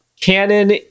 Canon